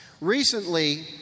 Recently